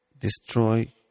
destroy